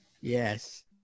Yes